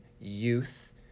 youth